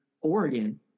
Oregon